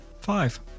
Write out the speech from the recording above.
Five